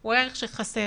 הוא ערך שחסר.